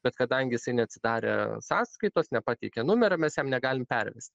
bet kadangi jisai neatsidarė sąskaitos nepateikė numerio mes jam negalim pervesti